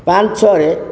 ପାଞ୍ଚ ଛଅରେ